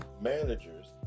managers